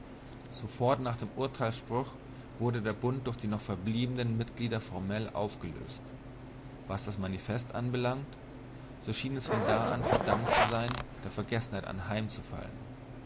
sofort nach dem urteilsspruch wurde der bund durch die noch verbliebenen mitglieder formell aufgelöst was das manifert anbelangt so schien es von da an verdammt zu sein der vergessenheit anheimzufallen